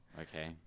Okay